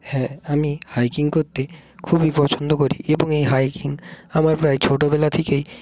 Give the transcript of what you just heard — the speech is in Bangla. হ্যাঁ আমি হাইকিং করতে খুবই পছন্দ করি এবং এই হাইকিং আমার প্রায় ছোটোবেলা থেকেই